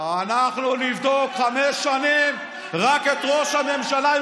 אנחנו נבדוק חמש שנים רק את ראש הממשלה,